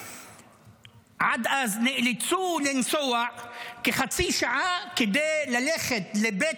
שעד אז הם נאלצו לנסוע כחצי שעה כדי ללכת לבית